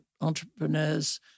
entrepreneurs